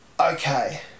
Okay